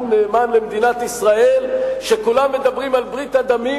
נאמן למדינת ישראל: כולם מדברים על ברית הדמים,